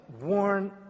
warn